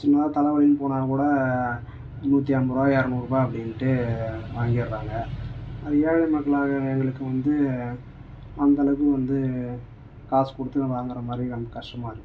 சும்மா தலைவலின்னு போனால் கூட நூற்றி ஐம்பது ரூபா எரநூறுபா அப்படின்ட்டு வாங்கிடுறாங்க ஏழை மக்களாகிய எங்களுக்கு வந்து அந்த அளவுக்கு வந்து காசு கொடுத்து வாங்குகிற மாதிரி நம்ம கஷ்டமாக இருக்குது